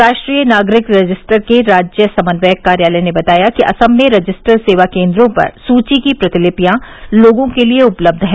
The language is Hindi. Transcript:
राष्ट्रीय नागरिक रजिस्टर के राज्य समन्वयक कार्यालय ने बताया कि असम में रजिस्टर सेवा केन्द्रों पर सुची की प्रतिलिपियां लोगों के लिए उपलब्ध हैं